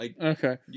Okay